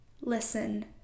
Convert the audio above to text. Listen